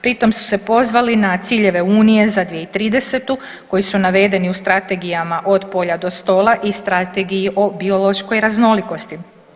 Pritom su se pozvali na ciljeve unije za 2030. koji su navedeni u Strategijama Od polja do stola i Strategiji i biološkoj raznolikosti.